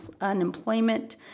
unemployment